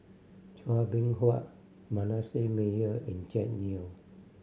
Chua Beng Huat Manasseh Meyer and Jack Neo